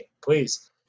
please